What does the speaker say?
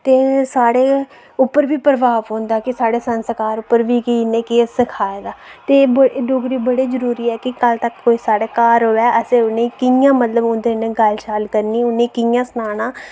ते साढ़े उप्पर बी प्रभाव पौंदे साढ़े संस्कार उप्पर बी कि इनें केह् सखा दा ते डोगरी बड़ी जरूरी ऐ कि कल कोई साढ़े घर असैं ते असैं कियैां मतलव उंदे कन्नै गल्ल बात करनी उनेंगी कियां सनाना